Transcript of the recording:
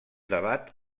debat